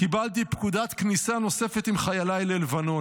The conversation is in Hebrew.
קיבלתי פקודת כניסה נוספת עם חיילי ללבנון.